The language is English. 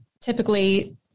typically